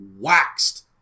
waxed